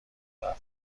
افراد